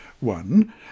One